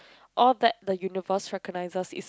all that the universe recognizes is